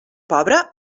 pobre